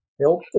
Help